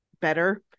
better